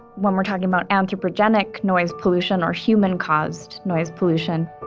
when we're talking about anthropogenic noise pollution or human-caused noise pollution,